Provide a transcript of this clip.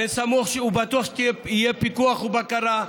ואני סמוך ובטוח שיהיו פיקוח ובקרה,